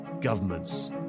Governments